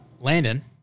Landon